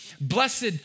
Blessed